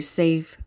safe